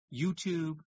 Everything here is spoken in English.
YouTube